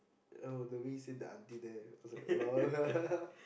oh the we sit the auntie there I was like lol